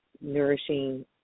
nourishing